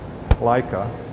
Leica